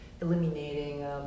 eliminating